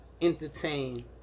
entertain